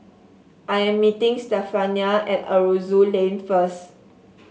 I am meeting Stephania at Aroozoo Lane first